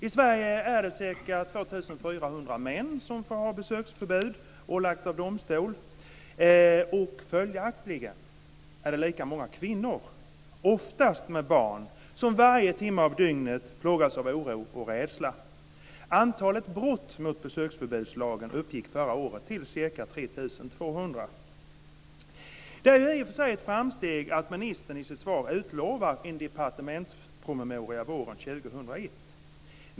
I Sverige är det ca 2 400 män som får besöksförbud ålagt av domstol. Följaktligen är det lika många kvinnor, oftast med barn, som varje timme av dygnet plågas av oro och rädsla. Antalet brott mot besöksförbudslagen uppgick förra året till ca 3 200. Det är i och för sig ett framsteg att ministern i sitt svar utlovar en departementspromemoria våren 2001.